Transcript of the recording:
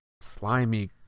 slimy